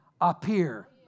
appear